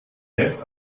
heft